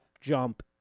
jump